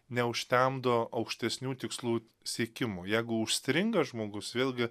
neužtemdo aukštesnių tikslų siekimų jeigu užstringa žmogus vėlgi